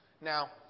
Now